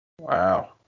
Wow